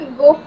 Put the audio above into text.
go